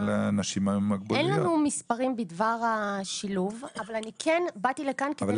אין לנו מספרים בדבר השילוב אבל כאן באתי לכאן --- אבל